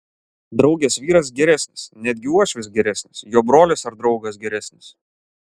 draugės vyras geresnis netgi uošvis geresnis jo brolis ar draugas geresnis